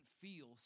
feel